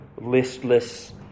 listless